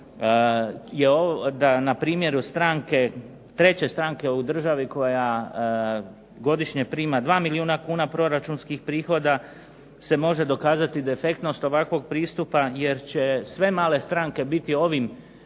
recimo da na primjeru stranke, treće stranke u državi koja godišnje prima 2 milijuna kuna proračunskih prihoda se može dokazati defektnost ovakvog pristupa, jer će sve male stranke biti ovim